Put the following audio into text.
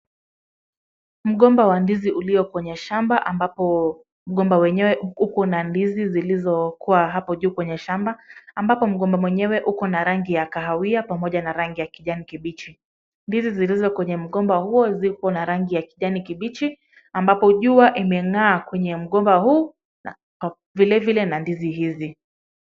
Mgomba wa ndizi ulio kwenye shamba ambapo mgomba wenyewe uko na ndizi zilizokua hapo juu kwenye shamba ambapo mgomba mwenyewe uko na rangi ya kahawia pamoja na rangi ya kijani kibichi. Ndizi zilizo kwenye mgomba huo ziko na rangi ya kijani kibichi ambapo jua imeng'aa kwenye mgomba huu vile vile na ndizi hizi.